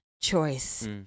choice